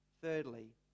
thirdly